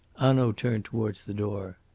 hanaud turned towards the door.